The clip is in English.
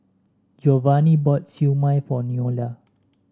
Giovanny bought Siew Mai for Noelia